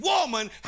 woman